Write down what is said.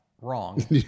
Wrong